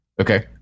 Okay